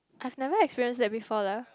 I've never experience that before lah